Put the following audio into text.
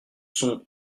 sont